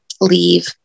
leave